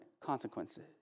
consequences